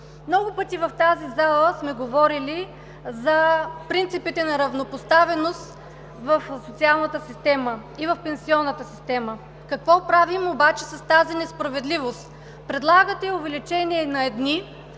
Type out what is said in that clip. Много пъти в тази зала сме говорили за принципите на равнопоставеност в социалната и в пенсионната система. Какво правим обаче с тази несправедливост? Предлагате увеличение на едни